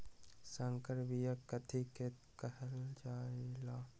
संकर बिया कथि के कहल जा लई?